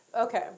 Okay